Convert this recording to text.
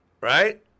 right